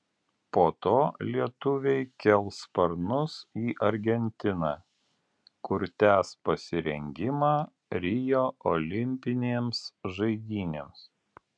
po to lietuviai kels sparnus į argentiną kur tęs pasirengimą rio olimpinėms žaidynėms